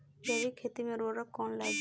जैविक खेती मे उर्वरक कौन लागी?